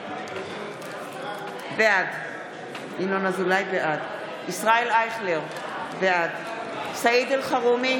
בעד ישראל אייכלר, בעד סעיד אלחרומי,